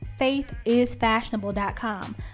faithisfashionable.com